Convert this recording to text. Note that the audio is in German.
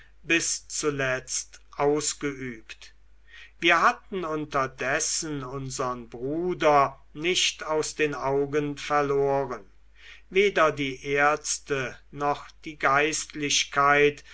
bis zuletzt ausgeübt wir hatten unterdessen unsern bruder nicht aus den augen verloren weder die ärzte noch die geistlichkeit